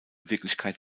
wirklichkeit